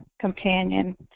companion